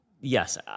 Yes